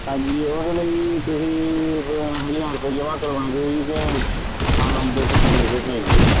ਹਾਂਜੀ ਉਨ੍ਹਾਂ ਦੇ ਲਈ ਤੁਸੀਂ ਹਜ਼ਾਰ ਰੁਪਏ ਜਮਾਂ ਕਰਵਾ ਦਿਓ ਜੀ ਅਤੇ ਆਲਮ ਦੇ ਫੋਨ ਪੇ 'ਤੇ ਭੇਜ ਦਿਓ